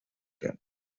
them